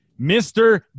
mr